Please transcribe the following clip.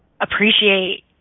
appreciate